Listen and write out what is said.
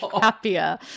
happier